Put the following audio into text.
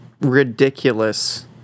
ridiculous